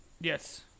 Yes